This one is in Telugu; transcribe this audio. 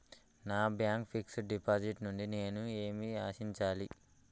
నా బ్యాంక్ ఫిక్స్ డ్ డిపాజిట్ నుండి నేను ఏమి ఆశించాలి?